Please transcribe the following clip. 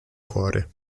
cuore